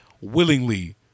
willingly